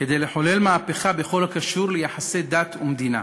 כדי לחולל מהפכה בכל הקשור ליחסי דת ומדינה.